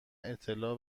اطلاع